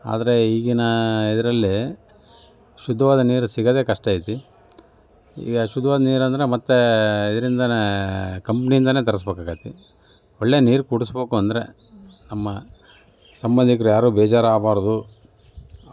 ಆದರೆ ಈಗಿನ ಇದರಲ್ಲಿ ಶುದ್ಧವಾದ ನೀರು ಸಿಗೋದೇ ಕಷ್ಟ ಐತಿ ಈಗ ಶುದ್ಧವಾದ ನೀರೆಂದರೆ ಇದರಿಂದಲೇ ಕಂಪ್ನಿಯಿಂದಲೇ ತರಿಸ್ಬೇಕಾಗೈತಿ ಒಳ್ಳೆಯ ನೀರು ಕುಡಿಸಬೇಕು ಅಂದರೇ ನಮ್ಮ ಸಂಬಂಧಿಕರು ಯಾರು ಬೇಜಾರಾಗ್ಬಾರ್ದು